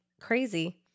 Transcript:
crazy